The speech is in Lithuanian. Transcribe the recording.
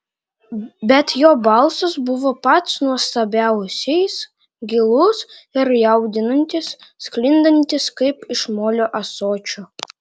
bet jo balsas buvo pats nuostabiausiais gilus ir jaudinantis sklindantis kaip iš molio ąsočio